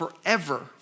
forever